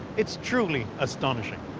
it's truly astonishing.